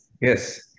yes